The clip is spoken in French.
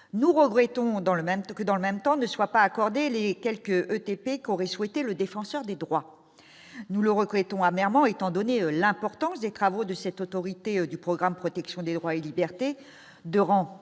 dans le même temps que dans le même temps, ne soit pas accordé les quelques ETP qu'aurait souhaité le défenseur des droits, nous le reconnaissons amèrement étant donné l'importance des travaux de cette autorité du programme de protection des droits et libertés de rang